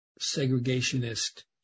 segregationist